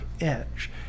edge